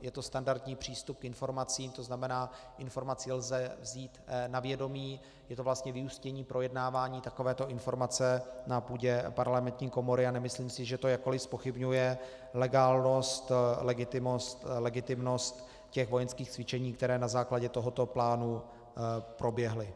Je to standardní přístup k informacím, tzn. informaci lze vzít na vědomí, je to vlastně vyústění projednávání takovéto informace na půdě parlamentní komory, a nemyslím si, že to jakkoli zpochybňuje legálnost, legitimnost těch vojenských cvičení, která na základě tohoto plánu proběhla.